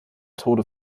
tode